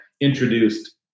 introduced